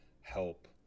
help